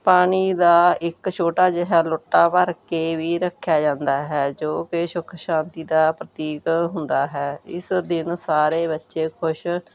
ਪਾਣੀ ਦਾ ਇੱਕ ਛੋਟਾ ਜਿਹਾ ਲੁੱਟਾ ਭਰ ਕੇ ਵੀ ਰੱਖਿਆ ਜਾਂਦਾ ਹੈ ਜੋ ਕਿ ਸੁੱਖ ਸ਼ਾਂਤੀ ਦਾ ਪ੍ਰਤੀਕ ਹੁੰਦਾ ਹੈ ਇਸ ਦਿਨ ਸਾਰੇ ਬੱਚੇ ਖੁਸ਼